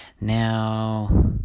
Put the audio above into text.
Now